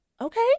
okay